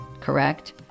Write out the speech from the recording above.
Correct